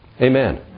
Amen